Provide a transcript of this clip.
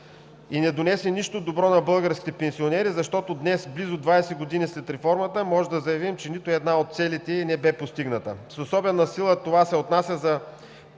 и не донесе нищо добро на българските пенсионери. Днес, близо 20 години след реформата, можем да заявим, че нито една от целите ѝ не бе постигната. С особена сила това се отнася за